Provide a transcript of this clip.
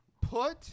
put